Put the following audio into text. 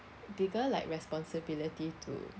bigger like responsibility to